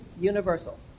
universal